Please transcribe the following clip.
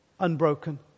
unbroken